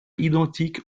identique